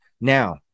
now